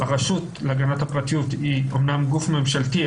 הרשות להגנת הפרטיות היא אמנם גוף ממשלתי,